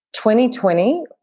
2020